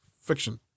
fiction